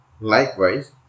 Likewise